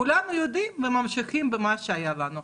כולנו יודעים וממשיכים במה שהיה לנו.